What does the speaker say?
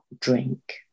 drink